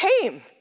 came